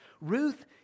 Ruth